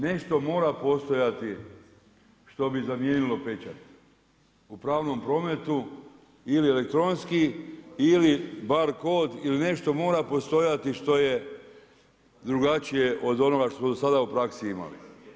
Nešto mora postojati što bi zamijenilo pečat u pravnom prometu ili elektronski ili bar kod ili nešto mora postojati što je drugačije od onoga što smo do sada u praksi imali.